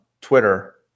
twitter